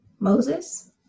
Moses